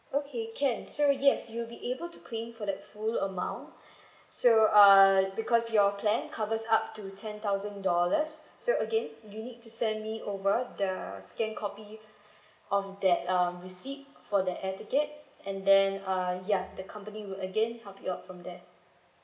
okay can so yes you'll be able to claim for the full amount so uh because your plan covers up to ten thousand dollars so again you need to send me over the scanned copy of that uh receipt for the air ticket and then uh ya the company will again help you out from there